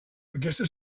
aquesta